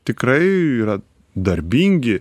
tikrai yra darbingi